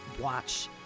watch